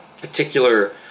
particular